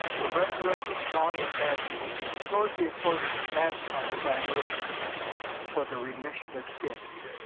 the resurrected john the baptist restored the authority to baptize by immersion for the remission of sins.